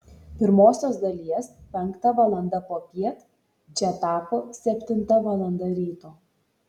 pirmosios dalies penkta valanda popiet čia tapo septinta valanda ryto